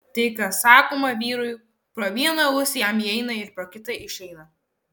tai kas sakoma vyrui pro vieną ausį jam įeina ir pro kitą išeina